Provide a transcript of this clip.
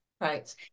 right